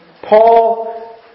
Paul